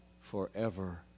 forever